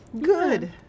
good